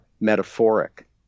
metaphoric